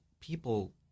People